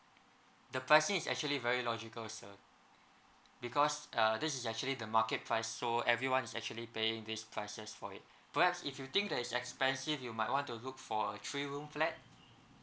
the pricing is actually very logical sir because uh this is actually the market price so everyone is actually paying these prices for it perhaps if you think that is expensive you might want to look for a three room flat